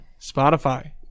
spotify